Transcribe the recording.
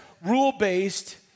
rule-based